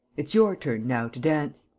it's your turn now to dance.